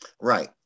Right